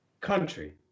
country